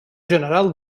general